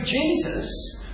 Jesus